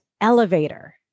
elevator